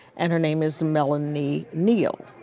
and her name is melondy neal,